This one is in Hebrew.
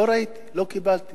לא ראיתי, לא קיבלתי